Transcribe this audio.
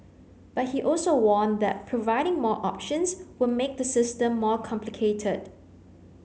but he also warned that providing more options would make the system more complicated